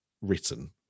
written